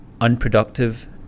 unproductive